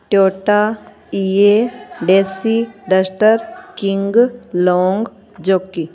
Toyota ਈ ਏ ਡੇਸੀ ਡਸਟਰ ਕਿੰਗ ਲੌਂਗ ਜੋਕੀ